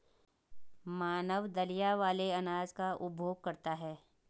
मानव दलिया वाले अनाज का उपभोग करता है